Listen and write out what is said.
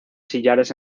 sillares